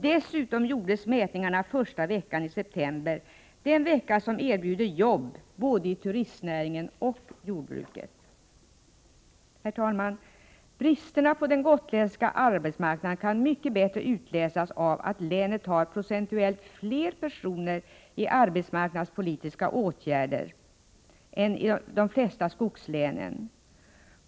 Dessutom gjordes mätningarna första veckan i september, den vecka då jobb erbjuds både i turistnäringen och i jordbruket. Herr talman! Bristerna på den gotländska arbetsmarknaden kan bättre utläsas av att länet har procentuellt fler personer i arbetsmarknadspolitiska åtgärder än de flesta skogslänen.